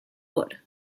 wood